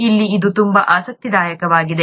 ಇಲ್ಲಿ ಇದು ತುಂಬಾ ಆಸಕ್ತಿದಾಯಕವಾಗಿದೆ